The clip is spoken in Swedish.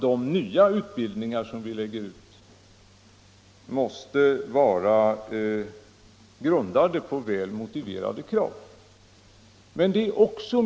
De nya utbildningar som vi lägger ut måste vara grundade på välmotiverade krav.